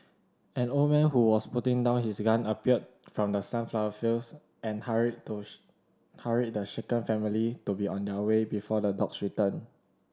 an old man who was putting down his gun appeared from the sunflower fields and hurried hurried the shaken family to be on their way before the dogs return